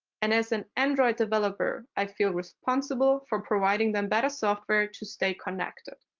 and as an android developer, i feel responsible for providing them better software to stay connected.